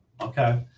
Okay